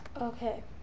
Okay